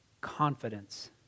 confidence